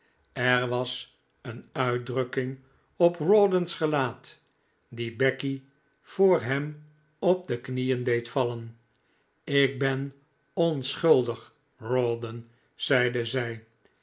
er was een uitdrukking op rawdon's gelaat die becky voor hem op de knieen deed vallen ik ben onschuldig rawdon zeide zij